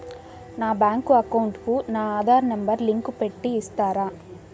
నా bank account కు నా ఆధార్ నెంబర్ లింకు పెట్టి ఇస్తారా?